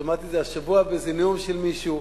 שמעתי את זה השבוע באיזה נאום של מישהו,